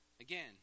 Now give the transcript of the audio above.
Again